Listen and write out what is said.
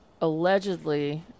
allegedly